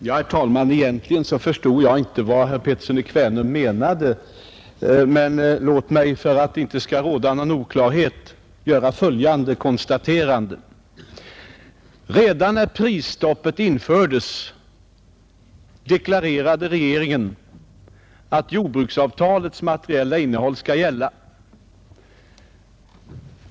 Herr talman! Egentligen förstod jag inte vad herr Pettersson i Kvänum menade, men låt mig för att det inte skall råda någon oklarhet göra följande konstaterande! Redan när prisstoppet infördes deklarerade regeringen att jordbruksavtalets materiella innehåll skulle gälla.